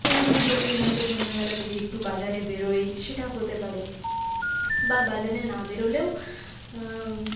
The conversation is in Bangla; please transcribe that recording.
কোনোদিন কোনোদিন হয়তো সন্ধ্যেবেলা যদি একটু বাজারে বেরোই সেটা হতে পারে বা বাজারে না বেরোলেও